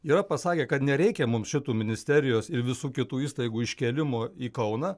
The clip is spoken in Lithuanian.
yra pasakę kad nereikia mum šitų ministerijos ir visų kitų įstaigų iškėlimo į kauną